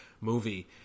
movie